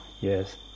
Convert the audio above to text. yes